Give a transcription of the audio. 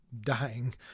dying